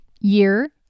year